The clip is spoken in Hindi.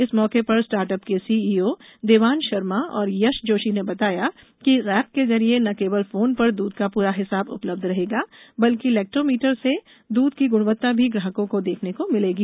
इस मौके पर स्टार्ट अप के सीईओ देवांश शर्मा एवं यश जोशी ने बताया कि इस एप के जरिए न केवल फ़ोन पर दूध का पूरा हिसाब उपलब्ध रहेगा बल्कि लैक्टोमीटर से दूध की गुणवत्ता भी ग्राहकों को देखने को मिलेगी